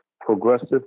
Progressive